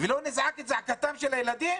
ולא נזעק את זעקתם של הילדים?